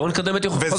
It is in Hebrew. חוק-יסוד חקיקה.